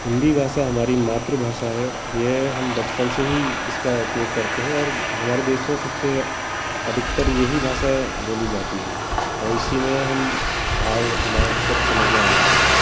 हिन्दी भाषा हमारी मातृभाषा है यह हम बचपन से ही इसका उपयोग करते हैं और हमारे देश में सबसे अधिकतर यही भाषा बोली जाती है और इसी में हम भाव हमारा सब समझ में आ जाते हैं